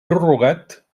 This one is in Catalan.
prorrogat